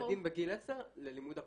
לילדים בגיל 10 ללימוד אפליקציות.